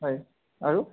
হয় আৰু